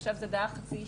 עכשיו זה דעה חצי אישית,